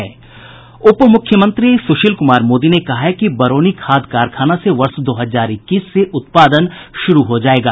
उपमुख्यमंत्री सुशील कुमार मोदी ने कहा है कि बरौनी खाद कारखाना से वर्ष दो हजार इक्कीस से उत्पादन शुरू हो जायेगा